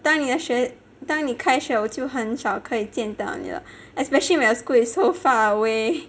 当你的学当你开学我就很少可以见到你了 especially when your school is so far away